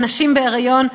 הנשים בהיריון.